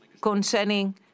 concerning